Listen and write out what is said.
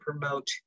promote